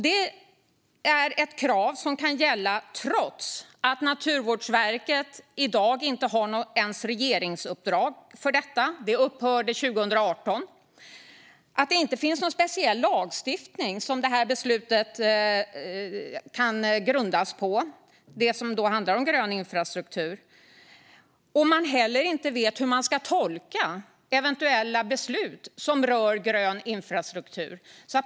Detta är ett krav som kan gälla trots att Naturvårdsverket i dag inte ens har något regeringsuppdrag för det här. Det upphörde 2018. Det finns inte heller någon speciell lagstiftning som de beslut som handlar om grön infrastruktur kan grundas på. Man vet inte heller hur man ska tolka eventuella beslut som rör grön infrastruktur.